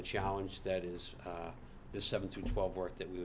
the challenge that is the seven to twelve work that we